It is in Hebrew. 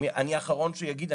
אני האחרון שיגיד,